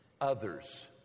others